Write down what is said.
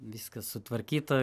viskas sutvarkyta